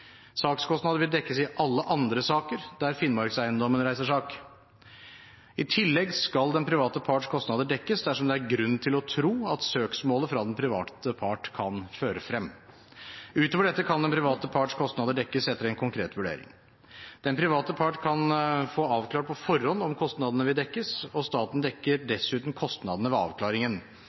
Sakskostnader vil dekkes i alle andre saker der Finnmarkseiendommen reiser sak. I tillegg skal den private parts kostnader dekkes dersom det er grunn til å tro at søksmålet fra den private part kan føre frem. Utover dette kan den private parts kostnader dekkes etter en konkret vurdering. Den private part kan få avklart på forhånd om kostnadene vil dekkes, og staten dekker dessuten kostnadene ved avklaringen.